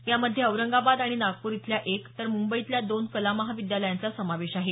यामध्ये औरंगाबाद आणि नागपूर इथल्या एक तर मुंबईतल्या दोन कला महाविद्यालयांचा समावेश आहे